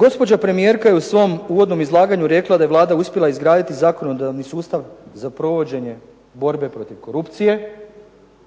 Gospođa premijerka je u svom uvodnom izlaganju rekla da je Vlada uspjela izgraditi zakonodavni sustav za provođenje borbe protiv korupcije